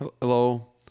Hello